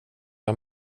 jag